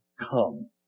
come